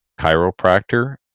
chiropractor